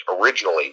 originally